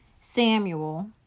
Samuel